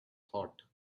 thought